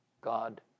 God